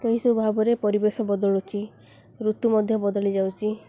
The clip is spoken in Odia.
ଏହି ସବୁ ଭାବରେ ପରିବେଶ ବଦଳୁଚି ଋତୁ ମଧ୍ୟ ବଦଳି ଯାଉଛି